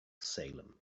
salem